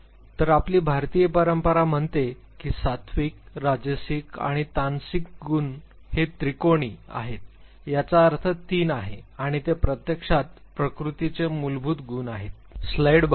तर आपली भारतीय परंपरा म्हणते की सात्विक राजसिक आणि तामसिक गुण हे त्रिकोणी आहेत याचा अर्थ तीन आहे आणि ते प्रत्यक्षात प्रकृतीचे मूलभूत गुण आहेत